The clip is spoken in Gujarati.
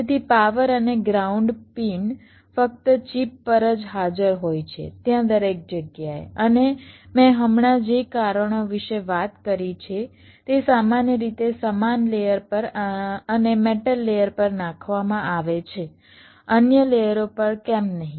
તેથી પાવર અને ગ્રાઉન્ડ પિન ફક્ત ચિપ પર જ હાજર હોય છે ત્યાં દરેક જગ્યાએ અને મેં હમણાં જે કારણો વિશે વાત કરી છે તે સામાન્ય રીતે સમાન લેયર પર અને મેટલ લેયર પર નાખવામાં આવે છે અન્ય લેયરો પર કેમ નહીં